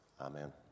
amen